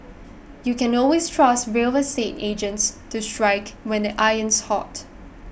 you can always trust real estate agents to strike when the iron's hot